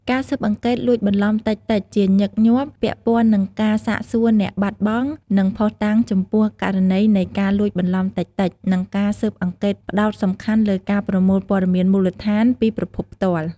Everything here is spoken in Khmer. ការស៊ើបអង្កេតលួចបន្លំតិចៗ ជាញឹកញាប់ពាក់ព័ន្ធនឹងការសាកសួរអ្នកបាត់បង់ និងភស្តុតាងចំពោះករណីនៃការលួចបន្លំតិចៗ និងការស៊ើបអង្កេតផ្តោតសំខាន់លើការប្រមូលព័ត៌មានមូលដ្ឋានពីប្រភពផ្ទាល់។